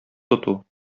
тоту